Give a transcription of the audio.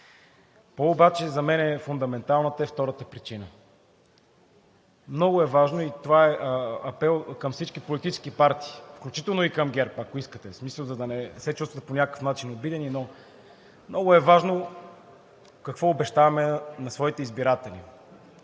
обаче за мен е втората причина. Много е важно – и това е апел към всички политически партии, включително и към ГЕРБ, ако искате, за да не се чувствате по някакъв начин обидени – какво обещаваме на своите избиратели.